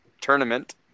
tournament